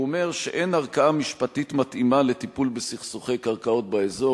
הוא אומר שאין ערכאה משפטית מתאימה לטיפול בסכסוכי קרקעות באזור,